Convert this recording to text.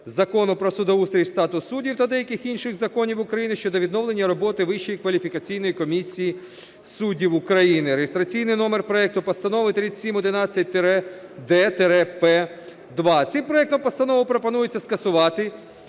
Закону "Про судоустрій і статус суддів" та деяких законів України щодо відновлення роботи Вищої кваліфікаційної комісії суддів України (реєстраційний номер проекту Постанови 3711-д-П2). Цим проектом Постанови пропонується скасувати